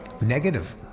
negative